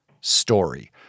story